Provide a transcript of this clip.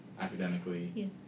academically